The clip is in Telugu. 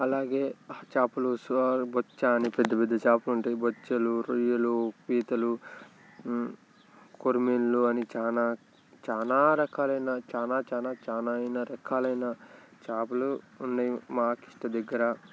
అలాగే ఆ చేపలు సొర బొచ్చె అని పెద్దపెద్ద చేపలు ఉంటాయి బొచ్చలు రొయ్యలు పీతలు కోరమీనులు అని చాలా చాలా రకాలైన చాలా చాలా చాలా అయిన రకాలైన చేపలు ఉన్నాయి మా కిష్ట దగ్గర